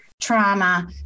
trauma